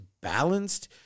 balanced